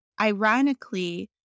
ironically